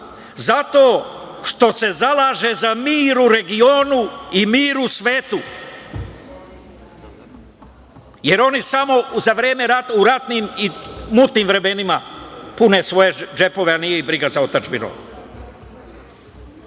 zato što se zalaže za mir u regionu i mir u svetu, jer oni samo u ratnim i mutnim vremenima pune svoje džepove, a nije ih briga za otadžbinu.